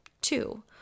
Two